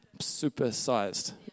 super-sized